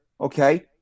okay